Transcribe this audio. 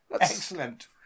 excellent